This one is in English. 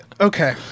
Okay